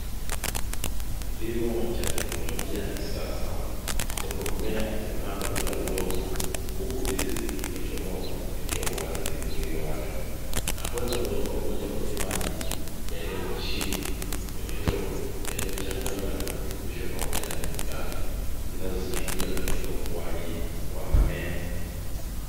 Kilimo cha teknolojia ya kisasa, ambapo mimea imepandwa bila udongo, huku mizizi imechomoza kupitia uwazi ulioachwa, na kwenda moja kwa moja kwenye maji yaliyoko chini kwenye ndoo, yaliyochanganywa na virutubisho pamoja na kemikali zinazosaidia katika ukuaji wa mmea.